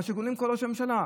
מה שעונה כל ראש ממשלה: